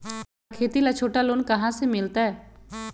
हमरा खेती ला छोटा लोने कहाँ से मिलतै?